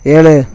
ஏலு